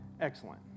excellent